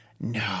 no